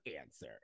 answer